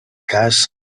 cas